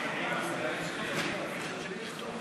ההסתייגויות לסעיף 13,